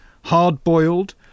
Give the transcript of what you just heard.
hard-boiled